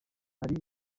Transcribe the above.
hari